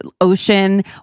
ocean